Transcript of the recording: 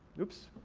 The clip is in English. oops.